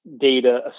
data